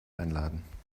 einladen